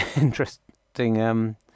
interesting